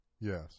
Yes